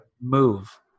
Move